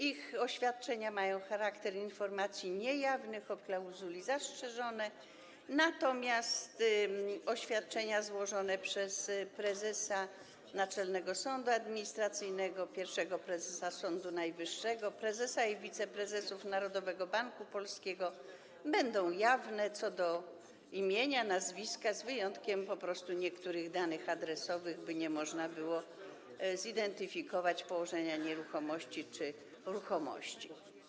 Ich oświadczenia mają charakter informacji niejawnych o klauzuli: zastrzeżone, natomiast oświadczenia złożone przez prezesa Naczelnego Sądu Administracyjnego, pierwszego prezesa Sądu Najwyższego, prezesa i wiceprezesów Narodowego Banku Polskiego będą jawne co do imienia, nazwiska, z wyjątkiem po prostu niektórych danych adresowych, by nie można było zidentyfikować położenia nieruchomości czy ruchomości.